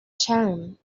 charm